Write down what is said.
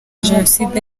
jenoside